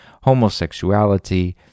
homosexuality